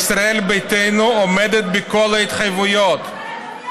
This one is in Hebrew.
ישראל ביתנו עומדת בכל ההתחייבויות.